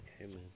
amen